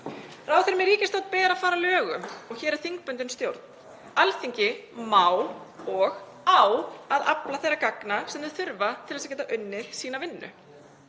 Ráðherrum í ríkisstjórn ber að fara að lögum og hér er þingbundin stjórn. Alþingi má og á að afla þeirra gagna sem það þarf til að geta unnið sína vinnu.